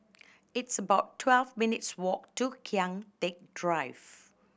it's about twelve minutes' walk to Kian Teck Drive